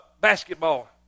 basketball